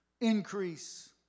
increase